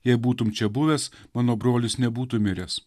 jei būtum čia buvęs mano brolis nebūtų miręs